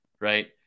right